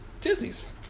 disney's